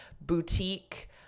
boutique